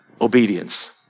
obedience